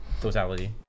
Totality